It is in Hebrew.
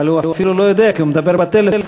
אבל הוא אפילו לא יודע, כי הוא מדבר בטלפון.